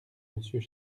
monsieur